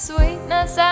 Sweetness